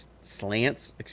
slants